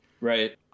Right-